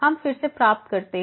हम फिर से प्राप्त करते हैं